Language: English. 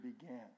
began